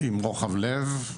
עם רוחב לב,